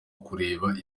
kureba